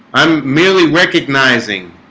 i'm merely recognizing